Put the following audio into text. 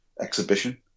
exhibition